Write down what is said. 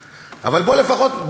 מספרים איזה סיפור על בן-גוריון,